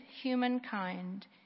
humankind